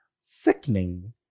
sickening